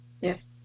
yes